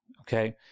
Okay